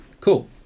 Cool